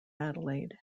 adelaide